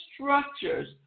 structures